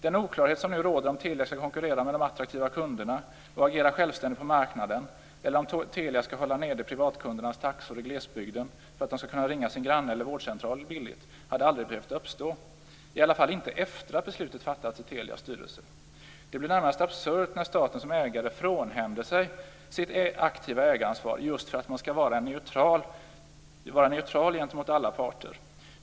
Den oklarhet som nu råder - om Telia skall konkurrera om de attraktiva kunderna och agera självständigt på marknaden eller om Telia skall hålla nere privatkundernas taxor i glesbygden för att de skall kunna ringa grannen eller vårdcentralen billigt - hade aldrig behövt uppstå, i alla fall inte efter det att beslut är fattat i Telias styrelse. Det blir närmast absurt när staten som ägare frånhänder sig sitt aktiva ägaransvar just för att man skall vara neutral gentemot alla parter.